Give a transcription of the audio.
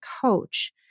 coach